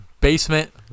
basement